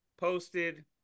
Posted